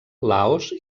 laos